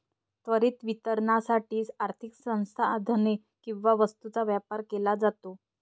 त्वरित वितरणासाठी आर्थिक संसाधने किंवा वस्तूंचा व्यापार केला जातो